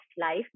life